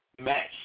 match